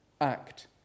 act